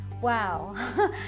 Wow